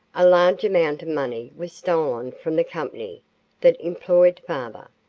a large amount of money was stolen from the company that employed father,